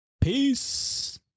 peace